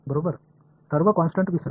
बरोबर सर्व कॉन्स्टन्ट विसरा